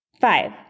Five